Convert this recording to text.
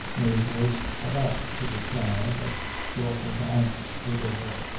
mave was about to reply, but dalton anticipated her.